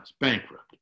bankrupt